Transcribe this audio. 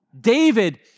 David